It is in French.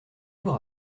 ouvre